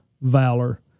Valor